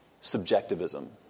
subjectivism